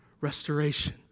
restoration